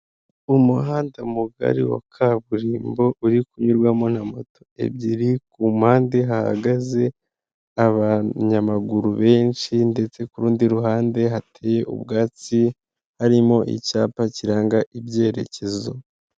Umuhanda mugari wa kaburimbo uri kunyurwamo na moto ebyiri. Ku mpande hahagaze abanyamaguru benshi ndetse ku rundi ruhande hateye ubwatsi, harimo icyapa kiranga ibyerekezo.